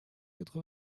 quatre